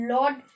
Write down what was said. Lord